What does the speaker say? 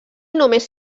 només